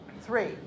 three